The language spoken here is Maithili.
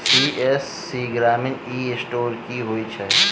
सी.एस.सी ग्रामीण ई स्टोर की होइ छै?